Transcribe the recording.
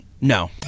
No